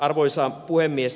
arvoisa puhemies